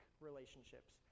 relationships